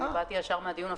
אני באתי ישר מהדיון,